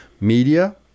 media